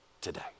today